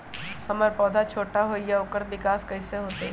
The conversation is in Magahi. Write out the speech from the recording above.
हमर पौधा छोटा छोटा होईया ओकर विकास कईसे होतई?